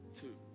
two